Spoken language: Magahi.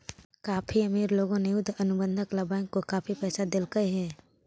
काफी अमीर लोगों ने युद्ध अनुबंध ला बैंक को काफी पैसा देलकइ हे